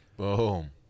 Boom